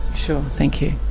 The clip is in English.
sure, thank